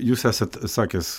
jūs esat sakęs